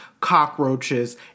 Cockroaches